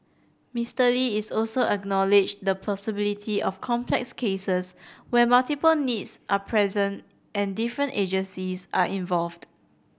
Mister Lee is also acknowledged the possibility of complex cases where multiple needs are present and different agencies are involved